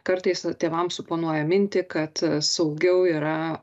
kartais tėvams suponuoja mintį kad saugiau yra